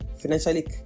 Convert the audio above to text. financially